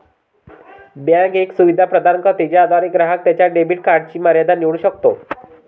bank एक सुविधा प्रदान करते ज्याद्वारे ग्राहक त्याच्या डेबिट कार्डची मर्यादा निवडू शकतो